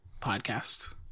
podcast